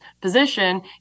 position